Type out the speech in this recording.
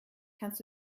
kannst